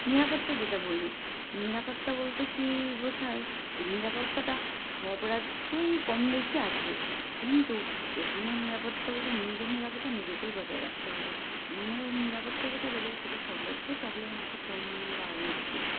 নিরাপত্তা যেটা বলি নিরাপত্তা বলতে কী বোঝায় এই নিরাপত্তাটা সব রাজ্যেই কম বেশি আছে কিন্তু এখানে নিরাপত্তা বলতে নিজের নিরাপত্তা নিজেকেই বজায় রাখতে হবে অন্যের নিরাপত্তা যেটা দেবে সেটা সব রাজ্যেই প্রবলেম আছে কম বা বেশি